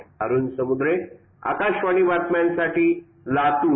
अरूण समुद्रे आकाशवाणी बातम्यासाठी लातूर